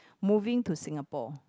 moving to Singapore